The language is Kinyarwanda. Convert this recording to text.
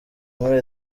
muri